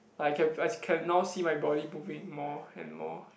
I can I can now see my body moving more and more